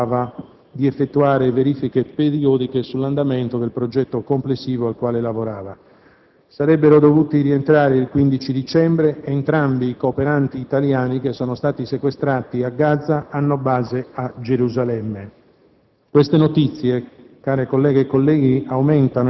Varese, psicologo che da settembre scorso si occupava di effettuare verifiche periodiche sull'andamento del progetto complessivo al quale lavorava. Sarebbero dovuti rientrare il 15 dicembre. Entrambi i cooperanti italiani sequestrati a Gaza hanno base a Gerusalemme.